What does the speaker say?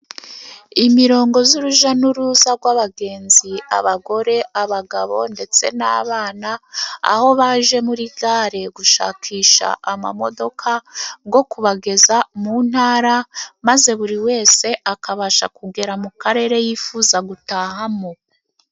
Imirongo z'uruja n'uruza gw'abagenzi abagore, abagabo ndetse n'abana, aho baje muri gare gushakisha amamodoka go kubageza mu ntara, maze buri wese akabasha kugera mu Karere yifuza gutahamo.